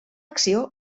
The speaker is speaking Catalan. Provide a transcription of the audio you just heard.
acció